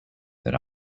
that